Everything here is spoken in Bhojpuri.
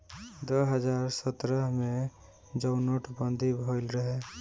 दो हज़ार सत्रह मे जउन नोट बंदी भएल रहे